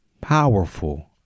powerful